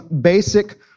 basic